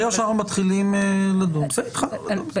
ברגע שאנחנו מתחילים לדון התחלנו לדון.